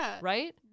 Right